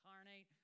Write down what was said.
incarnate